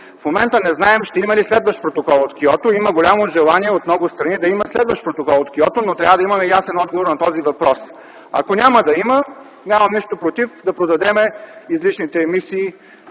В момента не знаем ще има ли следващ протокол от Киото. Има голямо желание от много страни да има следващ протокол от Киото, но трябва да има ясен отговор на този въпрос. Ако няма да има, нямам нищо против да продадем излишните спестени